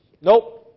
nope